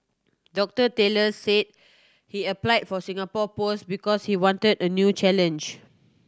Doctor Taylor said he applied for Singapore post because he wanted a new challenge